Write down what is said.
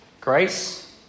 Grace